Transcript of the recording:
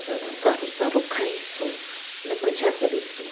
સારું સારું ખાઈશું ને મઝા કરીશું